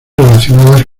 relacionadas